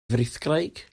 frithgraig